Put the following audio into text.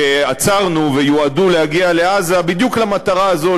שעצרנו ויועדו להגיע לעזה בדיוק למטרה הזאת,